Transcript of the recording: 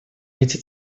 эти